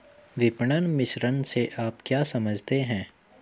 विपणन मिश्रण से आप क्या समझते हैं?